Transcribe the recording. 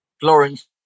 Florence